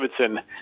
Davidson